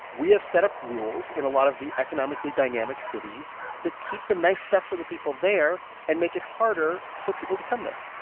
we have set up rules in a lot of the economically dynamic cities that keep the nice stuff for the people there and make it harder for people to come there.